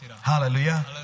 Hallelujah